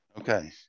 Okay